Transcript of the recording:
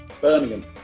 Birmingham